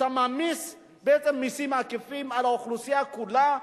אתה מעמיס בעצם מסים עקיפים על האוכלוסייה כולה.